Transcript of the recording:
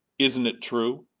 isn't it true?